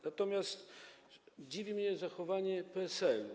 Natomiast dziwi mnie zachowanie PSL.